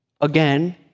Again